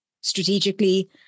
strategically